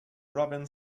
robin